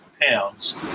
pounds